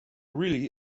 really